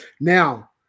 Now